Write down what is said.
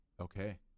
Okay